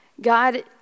God